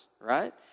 right